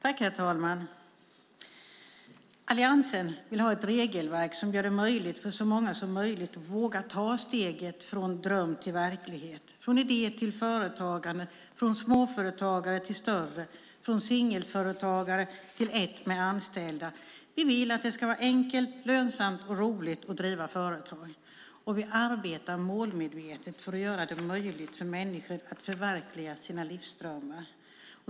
Herr talman! Alliansen vill ha ett regelverk som gör det möjligt för så många som möjligt att våga ta steget från dröm till verklighet, från idé till företagande, från småföretagare till större, från singelföretagare till en med anställda. Vi vill att det ska vara enkelt, lönsamt och roligt att driva företag. Och vi arbetar målmedvetet för att göra det möjligt för människor att förverkliga sina livsdrömmar.